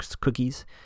cookies